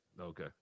Okay